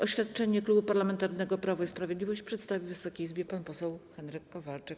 Oświadczenie Klubu Parlamentarnego Prawo i Sprawiedliwość przedstawi Wysokiej Izbie pan poseł Henryk Kowalczyk.